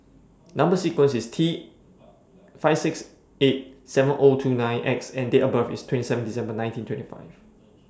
Number sequence IS T five six eight seven two nine X and Date of birth IS two seven December nineteen twenty five